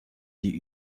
die